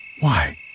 Why